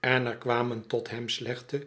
en er kwamen tot hem slechte